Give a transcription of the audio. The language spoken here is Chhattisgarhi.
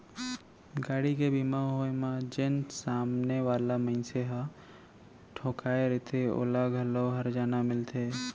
गाड़ी के बीमा होय म जेन सामने वाला मनसे ह ठोंकाय रथे ओला घलौ हरजाना मिलथे